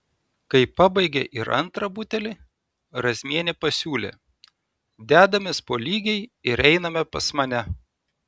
kai pabaigė ir antrą butelį razmienė pasiūlė dedamės po lygiai ir einame pas mane